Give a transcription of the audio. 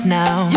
now